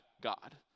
God